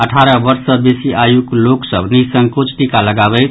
अठारह वर्ष सँ बेसी आयुक सभ लोक निःसंकोच टीका लगाबैथि